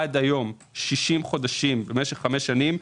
עד היום חלפו 60 חודשים, במשך חמש שנים,